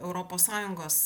europos sąjungos